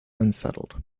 unsettled